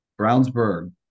Brownsburg